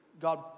God